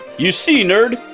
you see, nerd,